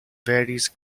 varies